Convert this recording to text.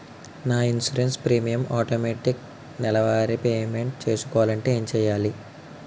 నా insurance premium automatic నెలవారి payment చేసుకోవాలంటే ఏంటి చేయాలి?